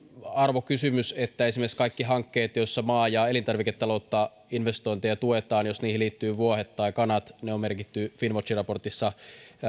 arvokysymys että esimerkiksi kaikki hankkeet joissa maa ja elintarviketaloutta investointeja tuetaan jos niihin liittyy vuohet tai kanat on merkitty finnwatchin raportissa